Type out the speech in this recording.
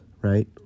right